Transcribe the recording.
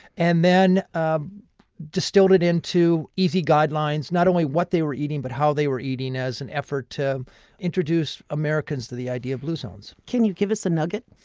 and ah distilled it into easy guidelines not only what they were eating, but how they were eating as an effort to introduce americans to the idea of blue zones can you give us a nugget?